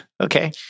Okay